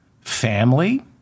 family